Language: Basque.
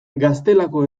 gaztelako